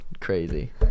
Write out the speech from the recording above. Crazy